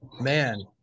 man